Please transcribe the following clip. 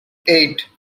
eight